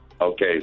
Okay